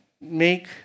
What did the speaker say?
make